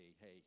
hey